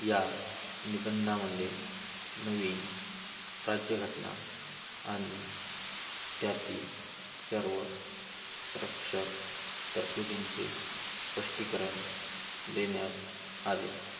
या निबंधामध्ये नवीन राज्य घटना आणि त्यातील सर्व संरक्षक तरतुदींचे स्पष्टीकरण देण्यात आले